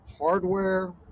hardware